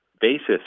basis